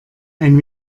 ein